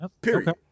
Period